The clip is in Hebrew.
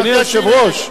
אדוני היושב-ראש.